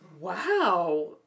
Wow